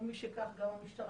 ומשכך גם המשטרה,